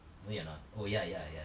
no you're not oh ya ya ya